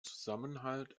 zusammenhalt